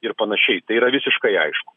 ir panašiai tai yra visiškai aišku